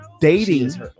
Dating